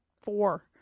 four